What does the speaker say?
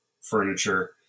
furniture